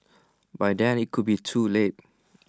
by then IT could be too late